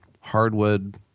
hardwood